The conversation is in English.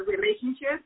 relationship